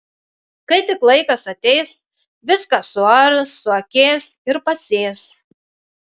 kai tik laikas ateis viską suars suakės ir pasės